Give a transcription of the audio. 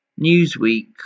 Newsweek